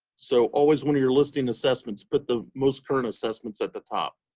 so always when you're listing assessments, put the most current assessments at the top.